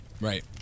right